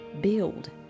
build